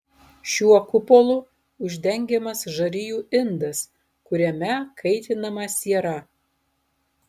šiuo kupolu uždengiamas žarijų indas kuriame kaitinama siera